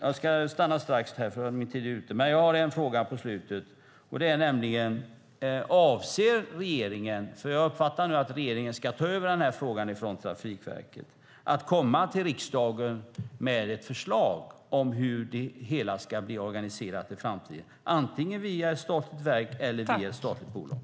Jag har en fråga på slutet, nämligen: Avser regeringen - för jag uppfattar nu att regeringen ska ta över den här frågan från Trafikverket - att komma till riksdagen med ett förslag om hur det hela ska organiseras i framtiden, antingen via ett statligt verk eller via ett statligt bolag?